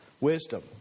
wisdom